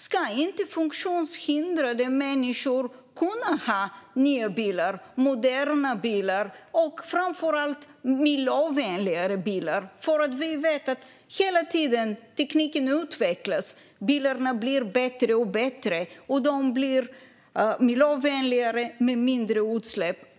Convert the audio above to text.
Ska inte funktionshindrade människor kunna ha nya bilar, moderna bilar och framför allt miljövänligare bilar? Vi vet att tekniken hela tiden utvecklas. Bilarna blir bättre och bättre. De blir miljövänligare och släpper ut mindre.